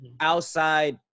outside